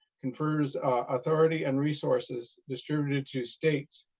confers authority and resources, distributed to states,